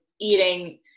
eating